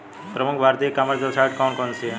प्रमुख भारतीय e commerce website कौन कौन सी हैं?